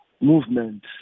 Movement